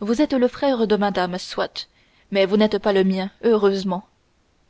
vous êtes le frère de madame soit mais vous n'êtes pas le mien heureusement